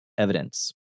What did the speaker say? Evidence